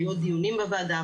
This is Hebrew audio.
היו דיונים בוועדה,